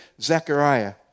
Zechariah